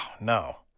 no